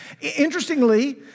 Interestingly